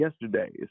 yesterday